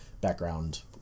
background